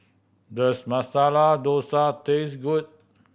does Masala Dosa taste good